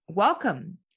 Welcome